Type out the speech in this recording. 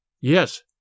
Yes